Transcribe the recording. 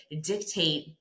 dictate